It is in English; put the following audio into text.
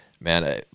man